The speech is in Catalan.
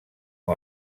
amb